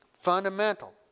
fundamental